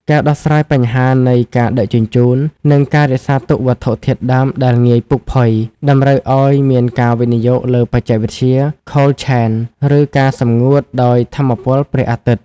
ការដោះស្រាយបញ្ហានៃការដឹកជញ្ជូន និងការរក្សាទុកវត្ថុធាតុដើមដែលងាយពុកផុយ តម្រូវឱ្យមានការវិនិយោគលើបច្ចេកវិទ្យា Cold Chain ឬការសម្ងួតដោយថាមពលព្រះអាទិត្យ។